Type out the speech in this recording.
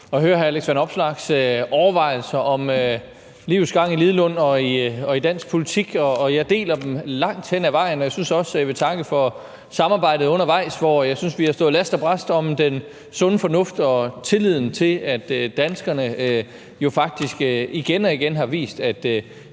høre hr. Alex Vanopslaghs overvejelser om livets gang i Lidenlund og i dansk politik, og jeg deler dem langt hen ad vejen. Jeg synes også, jeg vil takke for samarbejdet undervejs, hvor jeg synes, vi har stået last og brast om den sunde fornuft og tilliden til danskerne, som jo faktisk igen og igen har vist, at